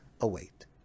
await